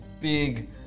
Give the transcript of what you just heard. big